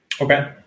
okay